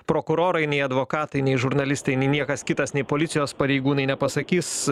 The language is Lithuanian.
prokurorai nei advokatai nei žurnalistai nei niekas kitas nei policijos pareigūnai nepasakys